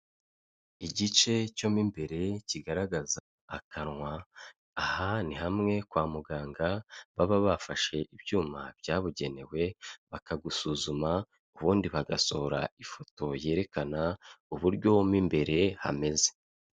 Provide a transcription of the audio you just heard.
Igice cyo mo imbere kigaragaza akanwa aha ni hamwe kwa muganga baba bafashe ibyuma byabugenewe bakagusuzuma, ubundi bagasohora ifoto yerekana uburyo mu imbere hameze.